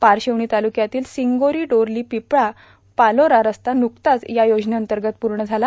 पारशिवनी तालुक्यातील सिंगोरी डोरली पिपळा पालोरा रस्ता बुकताच या योजनेअंतर्गत पूर्ण झाला